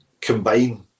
combine